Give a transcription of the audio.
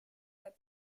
that